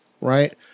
right